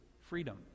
freedom